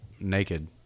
naked